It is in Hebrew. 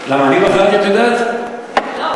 אני יודעת למה הוא כתב.